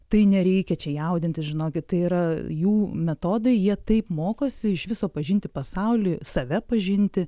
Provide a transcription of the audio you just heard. tai nereikia čia jaudintis žinokit tai yra jų metodai jie taip mokosi iš viso pažinti pasaulį save pažinti